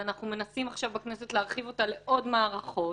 ואנחנו מנסים עכשיו בכנסת להרחיב את זה לעוד מקומות